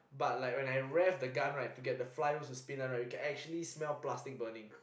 but like when I get rev the gun right to get the fly wheels to spin right you can actually smell plastic burning